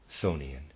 Thonian